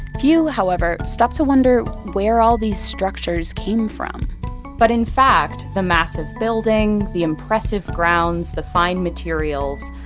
few, however, stop to wonder where all these structures came from but in fact, the massive building, the impressive grounds, the fine materials,